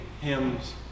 hymns